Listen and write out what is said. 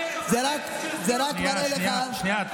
שנייה,